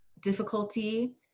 difficulty